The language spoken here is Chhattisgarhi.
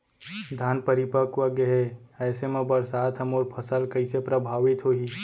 धान परिपक्व गेहे ऐसे म बरसात ह मोर फसल कइसे प्रभावित होही?